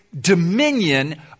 dominion